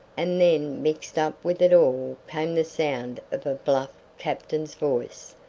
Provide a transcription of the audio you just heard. and then mixed up with it all came the sound of the bluff captain's voice,